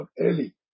early